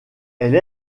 elle